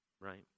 right